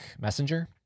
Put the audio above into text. Messenger